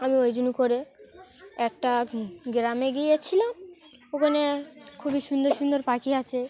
আমি ওই জন্য করে একটা গ্রামে গিয়েছিলাম ওখানে খুবই সুন্দর সুন্দর পাখি আছে